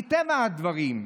מטבע הדברים,